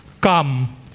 Come